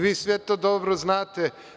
Vi sve to dobro znate.